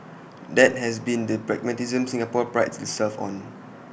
that has been the pragmatism Singapore prides itself on